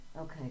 Okay